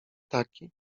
taki